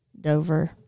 Dover